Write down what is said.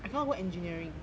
I cannot go engineering